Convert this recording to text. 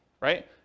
right